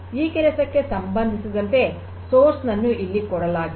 ಈ ಕೆಲಸಕ್ಕೆ ಸಂಬಂಧಿಸಿದಂತೆ ಮೂಲವನ್ನು ಇಲ್ಲಿ ಕೊಡಲಾಗಿದೆ